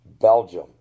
Belgium